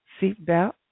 seatbelt